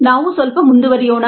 ನಾವು ಸ್ವಲ್ಪ ಮುಂದುವರಿಯೋಣ